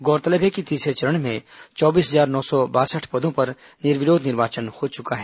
गौरतलब है कि तीसरे चरण में चौबीस हजार नौ सौ बासठ पदों पर निर्विरोध निर्वाचन हो चुका है